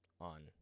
on